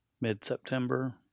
mid-September